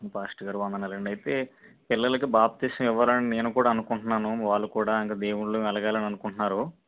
పాస్టర్గా రు వందనాలండి అయితే పిల్లలకు బాప్తిసం ఇవ్వరని నేను కూడా అనుకుంటున్నాను వాళ్ళు కూడా ఇంక దేవుళ్ళు వెలగాలని అనుకుంటున్నారు